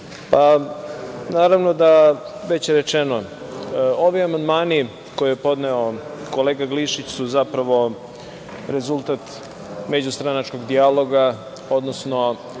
da je već rečeno, ovi amandmani koje je podneo kolega Glišić su zapravo rezultat međustranačkog dijaloga, odnosno